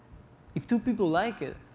if two people like it,